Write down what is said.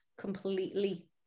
completely